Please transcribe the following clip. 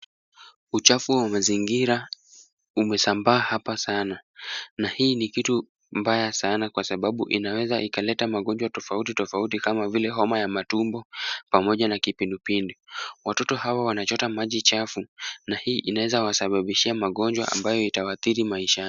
Uchafu wa mazingira umesambaa hapa sana na hii ni kitu mbaya sana kwa sababu inaweza ikaleta magonjwa tofauti tofauti kama vile homa ya matumbo pamoja na kipindu pindu. Watoto hawa wanachota maji chafu na hii inaweza wasababishia magonjwa ambayo itawaathiri maishani.